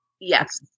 Yes